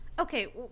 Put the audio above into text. Okay